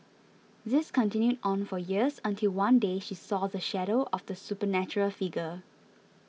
this continued on for years until one day she saw the shadow of the supernatural figure